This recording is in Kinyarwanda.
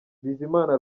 bizimana